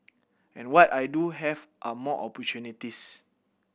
and what I do have are more opportunities